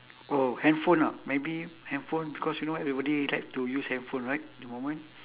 oh handphone ah maybe handphone because you know everybody like to use handphone right at the moment